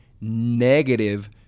negative